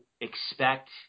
expect